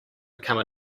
become